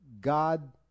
God